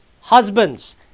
Husbands